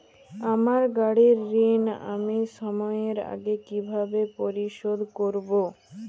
আমার গাড়ির ঋণ আমি সময়ের আগে কিভাবে পরিশোধ করবো?